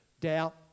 doubt